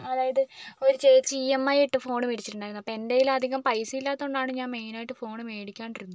അതായത് ഒരു ചേച്ചി ഇ എം ഐ ആയിട്ട് ഫോൺ മേടിച്ചിട്ടുണ്ടായിരുന്നു അപ്പം എൻറ്റെയിൽ അധികം പൈസ ഇല്ലാത്തത് കൊണ്ടാണ് ഞാൻ മെയിൻ ആയിട്ട് ഫോൺ മേടിക്കാണ്ടിരുന്നത്